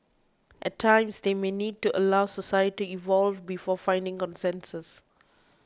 at times they may need to allow society evolve before finding consensus